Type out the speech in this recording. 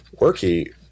worky